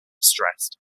stressed